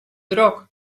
drok